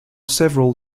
several